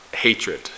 hatred